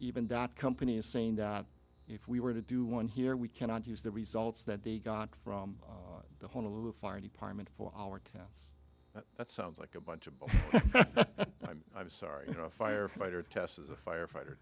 doc companies saying that if we were to do one here we cannot use the results that they got from the one of the fire department for our cats that that sounds like a bunch of bull i'm sorry you know a firefighter test as a firefighter